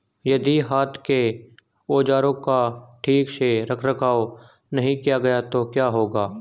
यदि हाथ के औजारों का ठीक से रखरखाव नहीं किया गया तो क्या होगा?